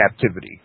captivity